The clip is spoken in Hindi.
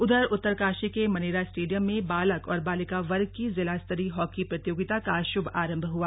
उधर उत्तरकाशी के मनेरा स्टेडियम में बालक और बालिका वर्ग की जिला स्तरीय हॉकी प्रतियोगिता का शुभारंभ हुआ